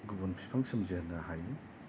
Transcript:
गुबुन बिफां सोमजिहोनो हायो